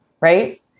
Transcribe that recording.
right